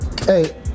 Hey